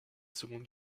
seconde